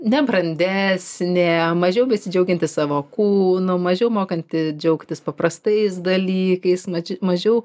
nebrandesnė mažiau besidžiaugianti savo kūnu mažiau mokanti džiaugtis paprastais dalykais ma mažiau